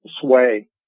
sway